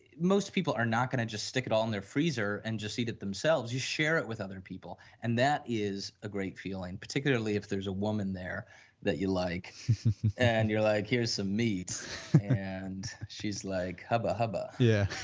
most people are not going to just stick it on their freezer and just eat it themselves, you share it with other people and that is a great feeling particularly if there is a woman there that you like and you are like, here are some meats and she's like hubba-hubba yeah,